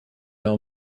gar